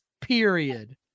Period